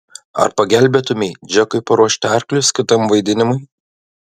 ar pagelbėtumei džekui paruošti arklius kitam vaidinimui